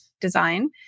design